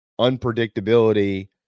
unpredictability